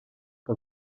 que